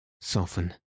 soften